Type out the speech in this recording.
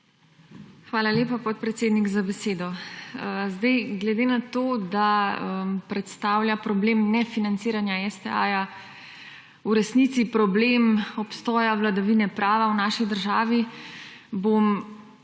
Hvala lepa, podpredsednik, za besedo. Zdaj, glede na to, da predstavlja problem nefinanciranja STA-ja v resnici problem obstoja vladavine prava v naši državi, bom